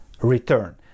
return